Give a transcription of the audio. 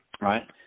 right